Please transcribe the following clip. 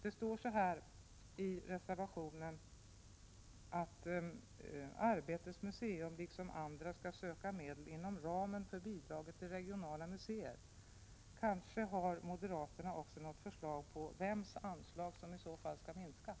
Det står i reservationen att Arbetets museum liksom andra skall söka medel inom ramen för bidrag till regionala museer. Kanske moderaterna också har något förslag om vems anslag som i så fall skall minskas.